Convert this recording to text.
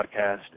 podcast